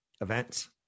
events